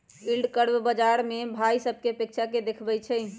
yield curve बाजार से भाइ सभकें अपेक्षा के देखबइ छइ